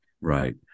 Right